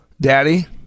Daddy